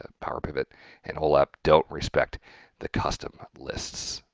ah power pivot and olap don't respect the custom lists.